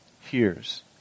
hears